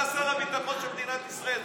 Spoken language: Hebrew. אתה שר הביטחון של מדינת ישראל,